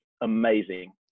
amazing